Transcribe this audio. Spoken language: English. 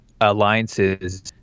alliances